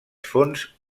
fonts